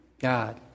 God